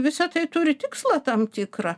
visa tai turi tikslą tam tikrą